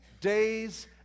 days